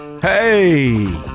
Hey